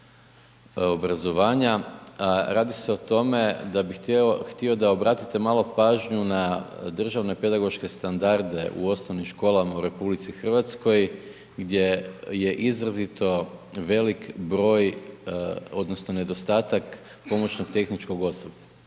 Radi se o tome da bi htio da obratite malo pažnju na državne pedagoške standarde u osnovnim školama u RH gdje je izrazito velik broj, odnosno nedostatak pomoćnog tehničkog osoblja.